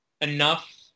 enough